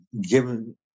given